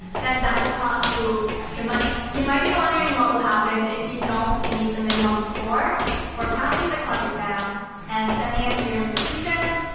then that will cost you extra money. you might be wondering what will happen if you don't meet the minimum score for passing the clep exam and sending it to your institution?